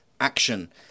action